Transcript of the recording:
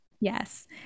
Yes